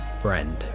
friend